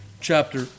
chapter